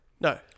No